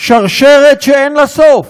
שרשרת שאין לה סוף.